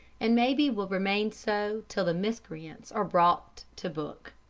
and maybe will remain so till the miscreants are brought to book.